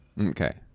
Okay